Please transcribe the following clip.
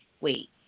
wait